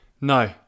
No